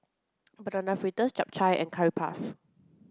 banana fritters chap chai and curry puff